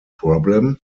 problem